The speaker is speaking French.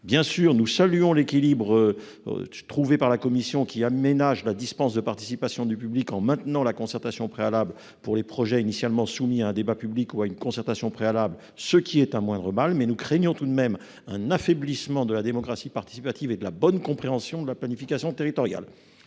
ensemble. Nous saluons l'équilibre trouvé par la commission, qui a aménagé la dispense de participation du public, en maintenant la concertation préalable pour les projets initialement soumis à un débat public ou à une concertation préalable, ce qui est un moindre mal. Nous craignons malgré tout un affaiblissement de la démocratie participative et que ces dispositions ne nuisent à la bonne compréhension de la planification territoriale.